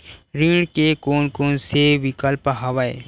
ऋण के कोन कोन से विकल्प हवय?